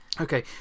Okay